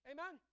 Amen